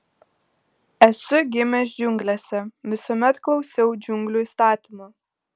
esu gimęs džiunglėse visuomet klausiau džiunglių įstatymų